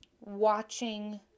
watching